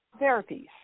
therapies